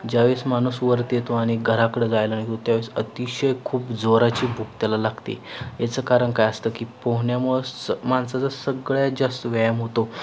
ज्या वेळेस माणूस वरती येतो आणि घराकडं जायला येतो त्या वेळेस अतिशय खूप जोराची भूक त्याला लागते याचं कारण काय असतं की पोहण्यामुळं स माणसाचा सगळ्यात जास्त व्यायाम होतो